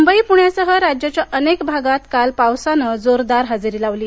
मुंबई पृण्यासह राज्याच्या अनेक भागात काल पावसानं जोरदार हजेरी लावली